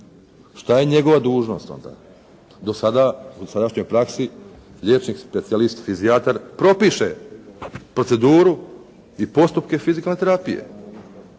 Što je njegova dužnost onda? Do sada, u sadašnjoj praksi liječnik specijalist fizijatar propiše proceduru i postupke fizikalne terapije.